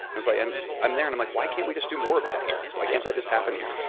and it's like i'm i'm there, and i'm like why can't we just do more of that here? why can't that just happen here?